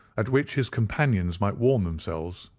at which his companions might warm themselves,